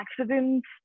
accidents